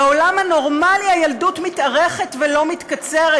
בעולם הנורמלי הילדות מתארכת, לא מתקצרת.